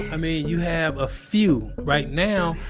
i mean, you have a few. right now,